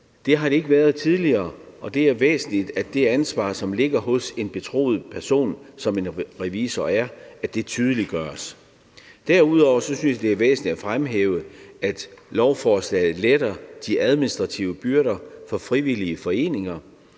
Det har det ikke været tidligere, og det er væsentligt, at det ansvar, som ligger hos en betroet person, som en revisor er, tydeliggøres. Derudover synes jeg, det er væsentligt at fremhæve, at lovforslaget letter de administrative byrder for frivillige foreninger.